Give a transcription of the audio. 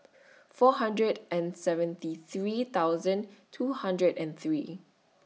four hundred and seventy three thousand two hundred and three